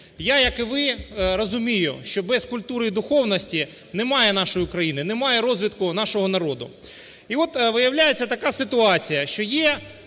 Я, як і ви, розумію, що без культури і духовності немає нашої України, немає розвитку нашого народу. І от виявляється така ситуація, що є